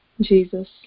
Jesus